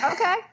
Okay